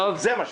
זה מה שצריך.